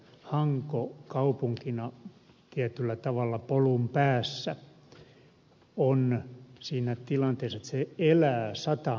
hanko kaupunkina tietyllä tavalla polun päässä on siinä tilanteessa että se elää satamastaan